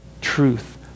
truth